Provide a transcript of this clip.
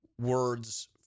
words